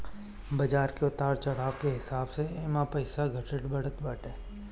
बाजार के उतार चढ़ाव के हिसाब से एमे पईसा घटत बढ़त बाटे